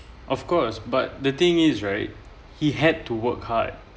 of course but the thing is right he had to work hard